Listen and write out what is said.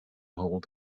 hold